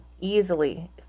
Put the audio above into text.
easily